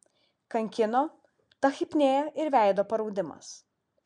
kankino tachipnėja ir veido paraudimas